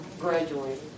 graduated